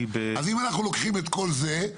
אם אנחנו לוקחים את כל זה,